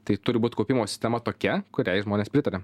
tai turi būt kaupimo sistema tokia kuriai žmonės pritaria